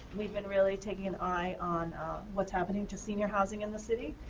we've been really taking an eye on what's happening to senior housing in the city,